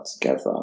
together